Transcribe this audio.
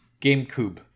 GameCube